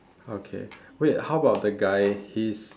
okay wait how about the guy he's